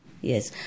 yes